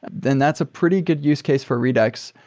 then that's a pretty good use case for redux.